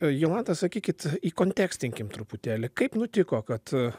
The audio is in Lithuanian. jolanta sakykit į kontekstinkim truputėlį kaip nutiko kad